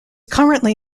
currently